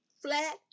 flat